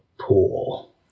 pool